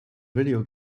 video